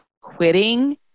quitting